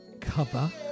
cover